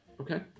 Okay